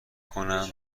کنم